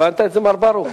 הבנת את זה, מר ברוך?